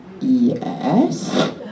yes